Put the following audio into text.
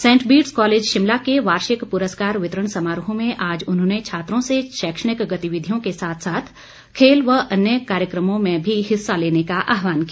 Saint Bede's College Shimla के वार्षिक पुरस्कार वितरण समारोह में आज उन्होंने छात्रों से शैक्षणिक गतिविधियों के साथ साथ खेल व अन्य कार्यकमों में भी हिस्सा लेने का आह्वान किया